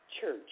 church